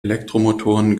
elektromotoren